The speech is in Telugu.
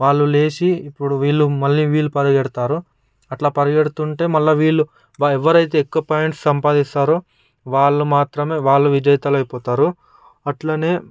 వాళ్ళు లేచి ఇప్పుడు వీళ్లు మళ్లీ వీళ్ళు పరుగెడుతారు అట్లా పరిగెడుతుంటే మళ్ళీ వీళ్ళు ఎవరైతే ఎక్కువ పాయింట్స్ సంపాదిస్తారో వాళ్ళు మాత్రమే వాళ్ళు విజేతలు అయిపోతారు అట్లనే